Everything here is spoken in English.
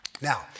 Now